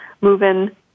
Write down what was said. moving